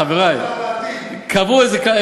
חברות וחברים,